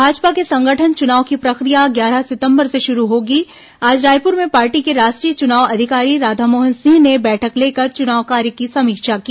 भाजपा के संगठन चुनाव की प्रक्रिया ग्यारह सितंबर से शुरू होगी आज रायपुर में पार्टी के राष्ट्रीय चुनाव अधिकारी राधामोहन सिंह ने बैठक लेकर चुनाव कार्य की समीक्षा की